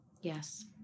Yes